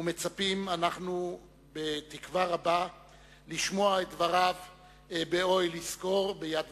ואנחנו מצפים בתקווה רבה לשמוע את דבריו באוהל יזכור ב"יד ושם"